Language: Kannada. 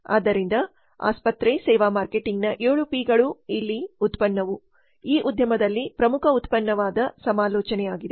ಆದ್ದರಿಂದ ಆಸ್ಪತ್ರೆ ಸೇವಾ ಮಾರ್ಕೆಟಿಂಗ್ನ 7 ಪಿ ಗಳು ಇಲ್ಲಿ ಉತ್ಪನ್ನವು ಈ ಉದ್ಯಮದಲ್ಲಿ ಪ್ರಮುಖ ಉತ್ಪನ್ನವಾದ ಸಮಾಲೋಚನೆಯಾಗಿದೆ